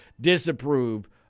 disapprove